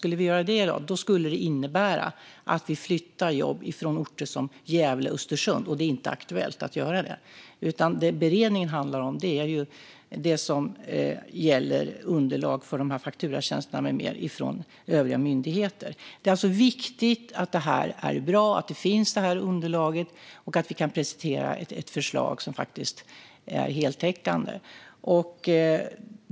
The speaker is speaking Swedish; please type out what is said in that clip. Skulle vi göra det i dag skulle det innebära att vi flyttar jobb från orter som Gävle och Östersund, och det är inte aktuellt att göra det. Det som beredningen handlar om gäller underlag för dessa fakturatjänster med mera från övriga myndigheter. Det är alltså viktigt att detta blir bra, att detta underlag finns och att vi kan presentera ett förslag som faktiskt är heltäckande.